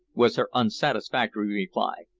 was her unsatisfactory reply.